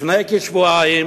לפני כשבועיים